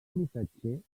missatger